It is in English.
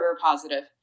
positive